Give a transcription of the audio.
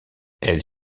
elle